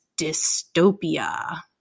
dystopia